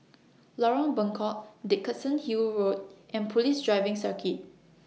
Lorong Bengkok Dickenson Hill Road and Police Driving Circuit